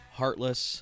heartless